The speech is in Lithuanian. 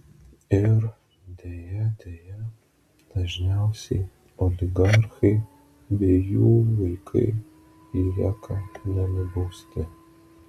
ir deja deja dažniausiai oligarchai bei jų vaikai lieka nenubausti